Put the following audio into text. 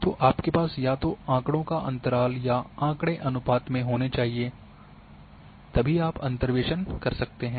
तो आपके पास या तो आँकड़ों का अंतराल या आँकड़े अनुपात में होने चाहिए तभी आप अंतर्वेसन कर सकते हैं